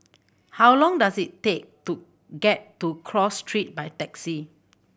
how long does it take to get to Cross Street by taxi